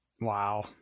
Wow